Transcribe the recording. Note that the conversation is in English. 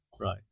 Right